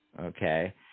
Okay